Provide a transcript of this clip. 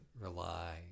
rely